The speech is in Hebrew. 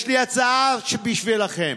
יש לי הצעה בשבילכם: